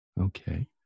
Okay